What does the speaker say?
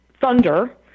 thunder